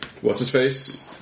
What's-his-face